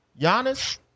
Giannis